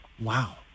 Wow